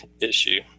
issue